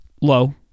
low